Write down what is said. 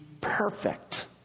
perfect